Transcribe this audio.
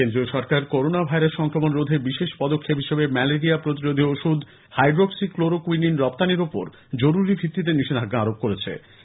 কেন্দ্রীয় সরকার corona virus সংক্রমণ রোধে বিশেষ পদক্ষেপ হিসেবে ম্যালেরিয়া প্রতিরোধী ওষুধ হাইড্রক্সি ক্লোরোকুইনিন রপ্তানীর ওপর জরুরী ভিত্তিতে নিষেধাজ্ঞা আরোপ করেছে